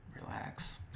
Relax